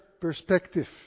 perspective